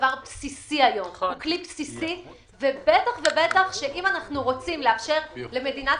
הוא כלי בסיסי ובטח אם אנחנו רוצים לאפשר למדינת